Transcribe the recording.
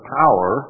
power